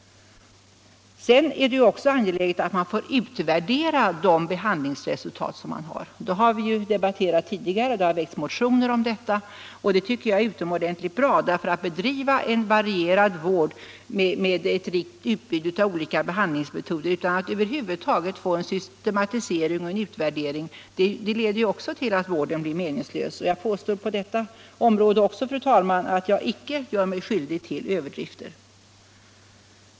Det är också angeläget att utvärdera de behandlingsresultat som finns. Det har vi debatterat om tidigare, och det har också väckts motioner om detta. Om man bedriver en varierad vård med ett rikt utbud av olika behandlingsmetoder utan att göra en utvärdering av dem leder också det till att vården blir meningslös. Och även här påstår jag, fru talman, att jag inte gör mig skyldig till överdrifter.